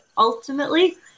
ultimately